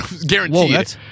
guaranteed